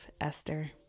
Esther